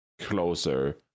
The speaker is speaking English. Closer